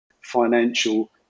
financial